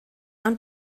ond